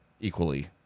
equally